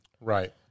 Right